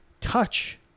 touch